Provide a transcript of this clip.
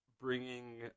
bringing